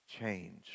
change